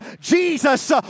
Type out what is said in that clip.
Jesus